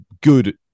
good